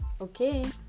okay